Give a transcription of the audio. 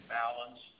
balance